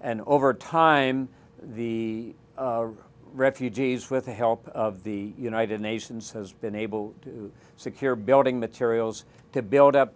and over time the refugees with the help of the united nations has been able to secure building materials to build up